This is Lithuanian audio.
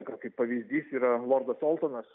ir kaip pavyzdys yra lordas solstonas